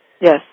yes